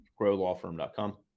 growlawfirm.com